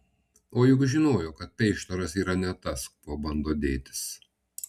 o juk žinojo kad peištaras yra ne tas kuo bando dėtis